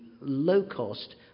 low-cost